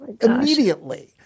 immediately